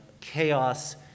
chaos